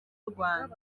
rwanjye